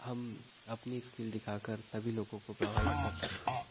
हम अपनी स्किल दिखाकर सभी लोगों को प्रभावित कर सकते हैं